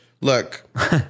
Look